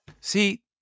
See